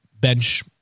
bench